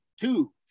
two